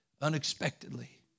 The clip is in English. unexpectedly